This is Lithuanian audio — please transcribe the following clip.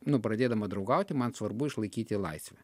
nu pradėdama draugauti man svarbu išlaikyti laisvę